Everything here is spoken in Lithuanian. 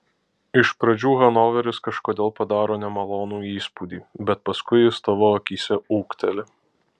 iš pradžių hanoveris kažkodėl padaro nemalonų įspūdį bet paskui jis tavo akyse ūgteli